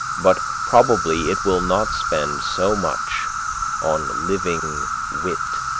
but probably it will not spend so much on living wit,